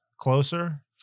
Closer